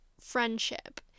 friendship